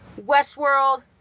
Westworld